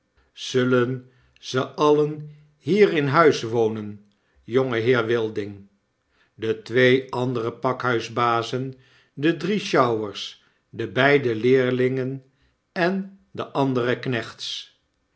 zullen ze alien hier in huis wonen jongeheer wilding de twee andere pakhuisbazen de drie sjouwers de beide leerlingen en de andere knechts